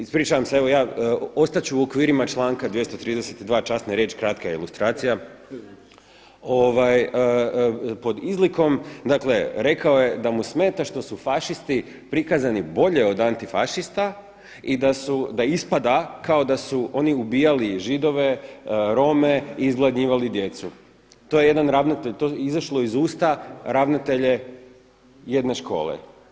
Ispričavam se, ostat ću u okvirima članka 232. časna riječ, kratka je ilustracija, pod izlikom dakle, rekao je: „Da mu smeta što su fašisti prikazani bolje od antifašista i da ispada kao da su oni ubijali Židove, Rome i izgladnjivali djecu.“ To je jedan ravnatelj, izašlo je iz usta ravnatelja jedne škole.